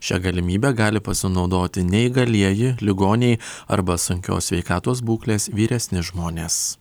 šia galimybe gali pasinaudoti neįgalieji ligoniai arba sunkios sveikatos būklės vyresni žmonės